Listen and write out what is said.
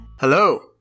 Hello